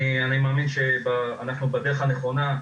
אני מאמין שאנחנו בדרך הנכונה.